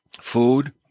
food